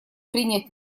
принять